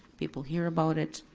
people hear about it,